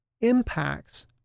impacts